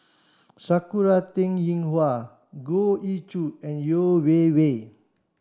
Sakura Teng Ying Hua Goh Ee Choo and Yeo Wei Wei